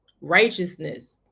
righteousness